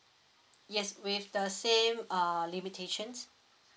yes with the same uh limitations